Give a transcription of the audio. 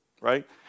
right